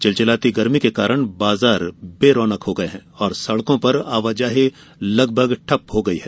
चिलचिलाती गर्मी के कारण बाजार बेरौनक हो गये हैं और सड़कों पर आवाजाही लगभग ठप पड़ गई है